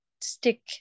stick